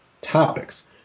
topics